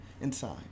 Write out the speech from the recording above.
inside